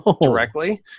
directly